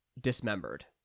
dismembered